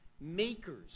Makers